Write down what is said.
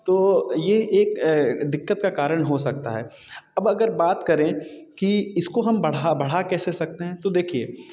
तो ये एक दिक्कत का कारण हो सकता है अब अगर बात करें कि इसको हम बढ़ा बढ़ा कैसे सकते हैं तो देखिए